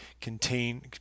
contain